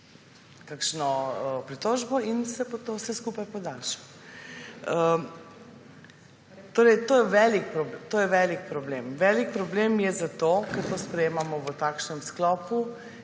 kakšno pritožbo in se bo to vse skupaj podaljšalo. Torej, to je velik problem. Velik problem je zato, ker to sprejemamo v takšnem sklopu